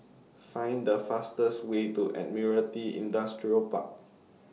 Find The fastest Way to Admiralty Industrial Park